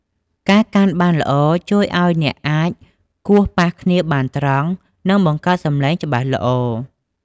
ការកាន់បានល្អ ជួយឲ្យអ្នកអាចគោះប៉ះគ្នាបានត្រង់ និងបង្កើតសំឡេងច្បាស់ល្អ។